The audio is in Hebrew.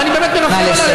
ואני באמת מרחם עליה,